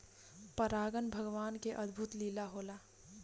परागन भगवान के अद्भुत लीला होला